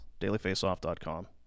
DailyFaceoff.com